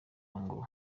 ngo